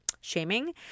shaming